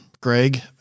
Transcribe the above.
Greg